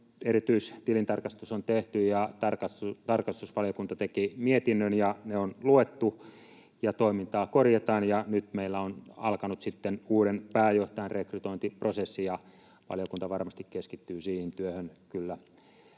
Erityistilintarkastus on tehty, ja tarkastusvaliokunta teki mietinnön, ja ne on luettu ja toimintaa korjataan. Nyt meillä on alkanut sitten uuden pääjohtajan rekrytointiprosessi, ja valiokunta varmasti kyllä keskittyy siihen työhön